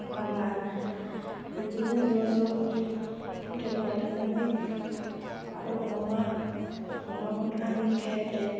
एखम्बा बिदिनो ज' ज' हटेलफ्राव थांनानै आरो अमा अमाखौथ' आंनि फेभरित